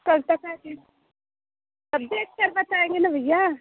कल तक आ जाए अब देख कर बताएंगे न भैया